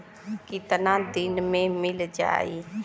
कितना दिन में मील जाई?